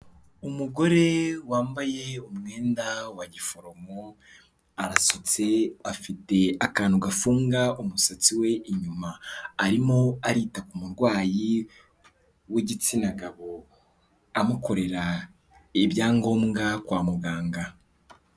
Umugore wambaye umwenda wa giforomo, arasutse, afite akantu gafunga umusatsi we inyuma, arimo arita ku murwayi w'igitsina gabo, amukorera ibyangombwa kwa muganga.